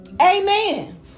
Amen